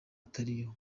atariyo